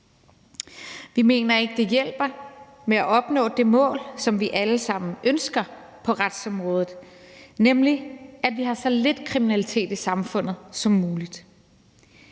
Vi mener ikke, det hjælper til at opnå det mål, som vi alle sammen ønsker på retsområdet, nemlig at vi har så lidt kriminalitet i samfundet som muligt.